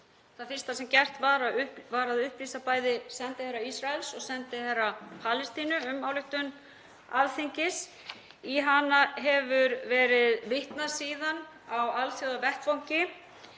Það fyrsta sem gert var var að upplýsa bæði sendiherra Ísraels og sendiherra Palestínu um ályktun Alþingis. Í hana hefur verið vitnað síðan á alþjóðavettvangi.